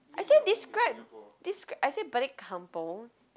I say describe describe I say balik-kampung